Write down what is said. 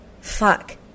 fuck